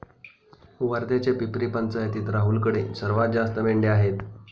वर्ध्याच्या पिपरी पंचायतीत राहुलकडे सर्वात जास्त मेंढ्या आहेत